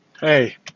Hey